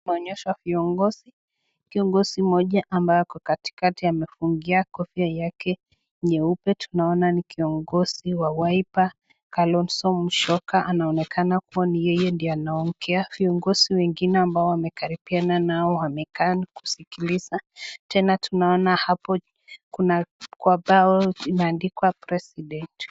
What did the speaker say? Maonyesho ya viongozi, kiongozi mmoja ambaye ako katikati amefungia kofia yake nyeupe, tunaona ni kiongozi wa Wiper Kalonzo Musyoka anaonekana kuwa ni yeye anaongea viongozi wengine ambao wamekaribiana nao amekaa kusikiliza, tena tunaona hapo kuna kwa bao imeandikwa president .